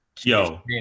yo